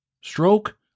Stroke